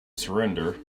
surrender